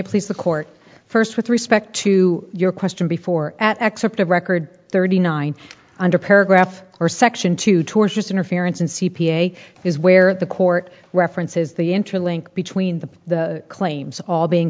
they please the court first with respect to your question before at excerpt of record thirty nine under paragraph or section two tortious interference in c p a is where the court references the interlink between the claims all being